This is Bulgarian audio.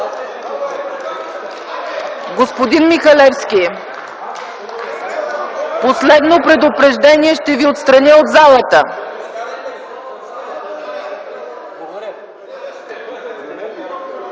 Господин Михалевски, последно предупреждение, ще Ви отстраня от залата!